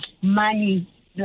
money